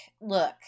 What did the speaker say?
look